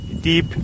deep